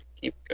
keep